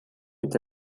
est